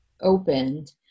opened